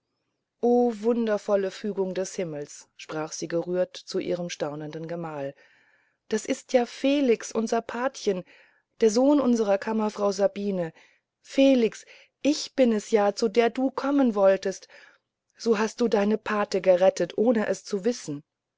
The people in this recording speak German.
wundervolle fügung des himmels sprach sie gerührt zu ihrem staunenden gemahl das ist ja felix unser patchen der sohn unserer kammerfrau sabine felix ich bin es ja zu der du kommen wolltest so hast du deine pate gerettet ohne es zu wissen